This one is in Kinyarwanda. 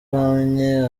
uhamye